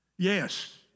Yes